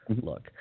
look